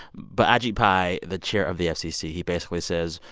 but ajit pai, the chair of the fcc he basically says,